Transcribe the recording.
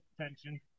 attention